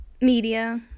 media